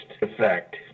effect